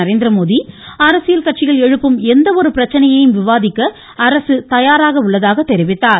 நரேந்திரமோடி அரசியல் கட்சிகள் எழுப்பும் எந்த ஒரு பிரச்சனையையும் விவாதிக்க அரசு தயாராக உள்ளதாக கூறினார்